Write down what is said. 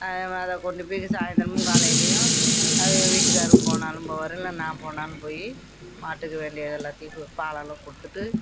அதை கொண்டு போய் சாய்ந்தரமும் காலையிலையும் அது ஏன் வீட்டுக்காரரு போனாலும் போவார் இல்லை நான் போனாலும் போய் மாட்டுக்கு வேண்டியது எல்லாத்தையும் பாலெல்லாம் கொடுத்துட்டு